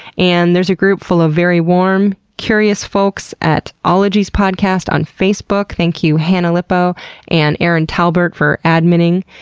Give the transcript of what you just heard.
and there's a group full of very warm curious folks at ologies podcast on facebook, thank you hannah lipow and erin talbert for adminning.